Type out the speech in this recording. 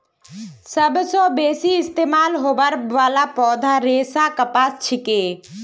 सबस बेसी इस्तमाल होबार वाला पौधार रेशा कपास छिके